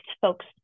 folks